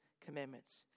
commandments